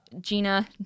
Gina